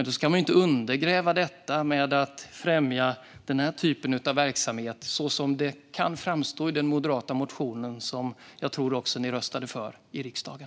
Då ska man inte undergräva detta med att främja den här typen av verksamhet, som det kan framstå i den moderata motionen, som jag tror att ni också röstade för i riksdagen.